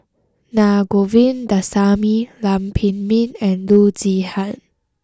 Na Govindasamy Lam Pin Min and Loo Zihan